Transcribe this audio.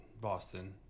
Boston